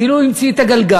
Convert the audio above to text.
כאילו הוא המציא את הגלגל.